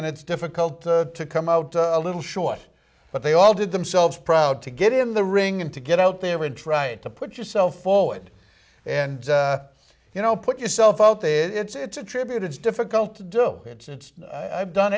and it's difficult to come out a little short but they all did themselves proud to get in the ring and to get out there would try to put yourself forward and you know put yourself out there it's a tribute it's difficult to do it's done